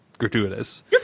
Gratuitous